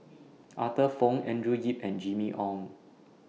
Arthur Fong Andrew Yip and Jimmy Ong